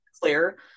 clear